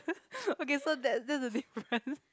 okay so that's that's the difference